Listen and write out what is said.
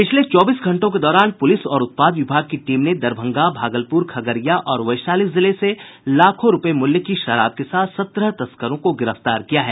पिछले चौबीस घंटों के दौरान पुलिस और उत्पाद विभाग की टीम ने दरभंगा भागलपुर खगड़िया और वैशाली जिले से लाखों रूपये मूल्य की शराब के साथ सत्रह तस्करों को गिरफ्तार किया है